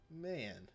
man